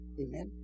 Amen